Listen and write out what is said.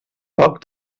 poc